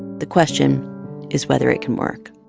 the question is whether it can work